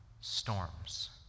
storms